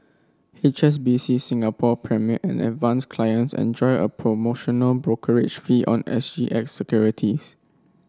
H S B C Singapore Premier and Advance clients enjoy a promotional brokerage fee on S G X securities